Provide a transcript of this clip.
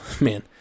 man